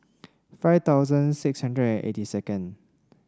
five thousand six hundred and eighty second